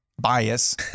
bias